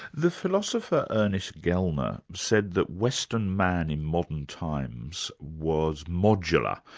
the philosopher ernest gellner, said that western man in modern times was modular,